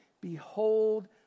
Behold